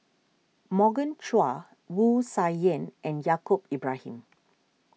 Morgan Chua Wu Tsai Yen and Yaacob Ibrahim